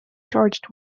charged